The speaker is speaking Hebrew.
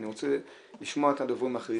אני רוצה לשמוע את הדוברים האחרים,